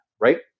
Right